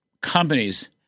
companies